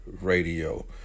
Radio